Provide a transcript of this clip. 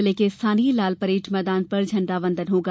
जिले के स्थानीय लालपरेड मैदान पर झण्डा वन्दन होगा